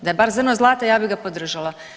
Da je bar zrno zlata ja bih ga podržala.